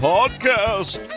Podcast